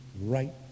right